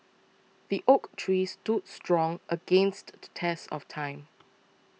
the oak tree stood strong against the test of time